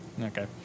okay